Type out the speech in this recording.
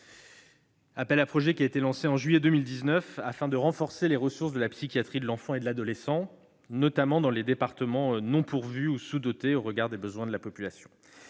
appel à projets a été lancé en juillet 2019 afin de renforcer les ressources de la psychiatrie de l'enfant et de l'adolescent, notamment dans les départements non pourvus ou sous-dotés au regard des besoins de la population.